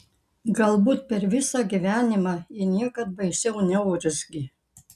galbūt per visą gyvenimą ji niekad baisiau neurzgė